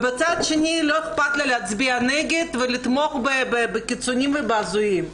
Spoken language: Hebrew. מצד שני לא איכפת לה להצביע נגד ולתמוך בקיצונים והזויים.